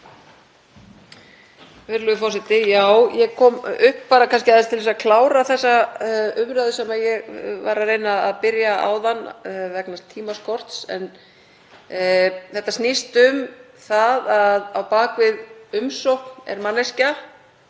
Þetta snýst um það að á bak við umsókn er manneskja